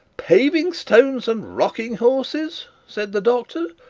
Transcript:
paving-stones and rocking-horses said the doctor,